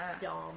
dumb